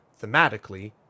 thematically